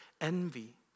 envy